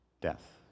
death